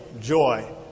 joy